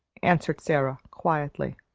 answered sara, quietly.